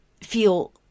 feel